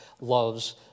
loves